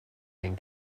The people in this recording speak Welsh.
ein